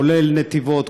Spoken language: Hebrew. כולל נתיבות,